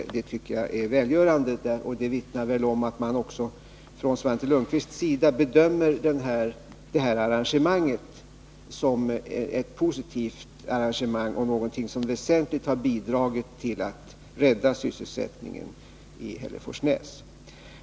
Det tycker jag är välgörande, och det vittnar väl om att även Svante Lundkvist bedömer det här arrangemanget som något positivt som väsentligt bidragit till att rädda sysselsättningen i Hälleforsnäs.